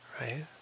Right